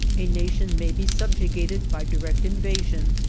a nation may be subjugated by direct invasion,